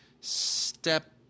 Step